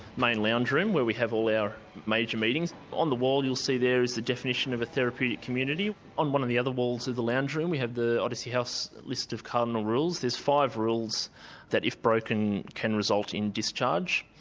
main lounge room where we have all our major meetings. on the wall you'll see there is the definition of a therapeutic community, on one of the other walls of the lounge room we have the odyssey house list of cardinal rules there are five rules that if broken can result in discharge.